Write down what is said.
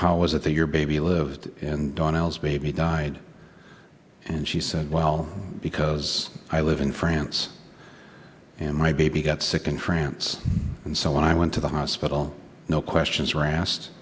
how was it that your baby lived and donald's baby died and she said well because i live in france and my baby got sick in france and so when i went to the hospital no questions were asked